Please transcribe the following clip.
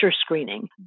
screening